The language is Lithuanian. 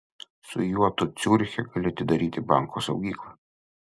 su juo tu ciuriche gali atidaryti banko saugyklą